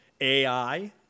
AI